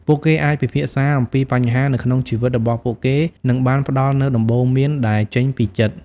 ពួកគេអាចពិភាក្សាអំពីបញ្ហានៅក្នុងជីវិតរបស់ពួកគេនិងបានផ្តល់នូវដំបូន្មានដែលចេញពីចិត្ត។